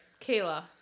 Kayla